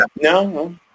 No